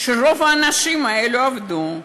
שרוב האנשים האלה עבדו,